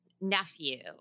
nephew